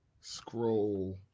scroll